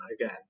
Again